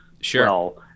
Sure